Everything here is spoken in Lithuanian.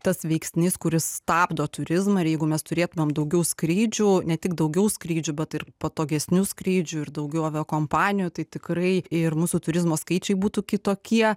tas veiksnys kuris stabdo turizmą ir jeigu mes turėtumėm daugiau skrydžių ne tik daugiau skrydžių bet ir patogesnių skrydžių ir daugiau aviakompanijų tai tikrai ir mūsų turizmo skaičiai būtų kitokie